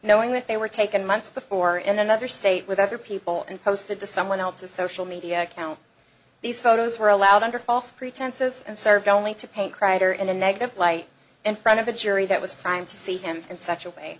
knowing that they were taken months before in another state with ever people and posted to someone else's social media account these photos were allowed under false pretenses and served only to paint kreider in a negative light and front of a jury that was fine to see him in s